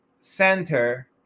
center